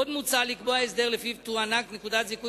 עוד מוצע לקבוע הסדר שלפיו תוענק נקודת זיכוי